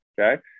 okay